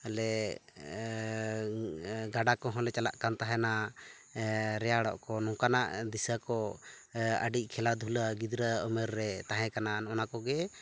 ᱟᱞᱮ ᱜᱟᱰᱟ ᱠᱚᱦᱚᱸᱞᱮ ᱪᱟᱞᱟᱜ ᱠᱟᱱ ᱛᱟᱦᱮᱱᱟ ᱮᱻ ᱨᱮᱭᱟᱲᱚᱜ ᱠᱚ ᱱᱚᱠᱟᱱᱟᱜ ᱫᱤᱥᱟᱹ ᱠᱚ ᱟᱹᱰᱤ ᱠᱷᱮᱞᱟ ᱫᱷᱩᱞᱟ ᱜᱤᱫᱽᱨᱟᱹ ᱩᱢᱮᱨ ᱨᱮ ᱛᱟᱦᱮᱸᱠᱟᱱᱟ ᱚᱱᱟᱠᱚᱜᱮ